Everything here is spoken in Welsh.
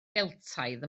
geltaidd